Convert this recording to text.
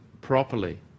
properly